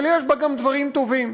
אבל יש בה גם דברים טובים.